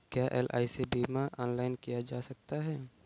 क्या एल.आई.सी बीमा ऑनलाइन किया जा सकता है?